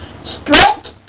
Stretch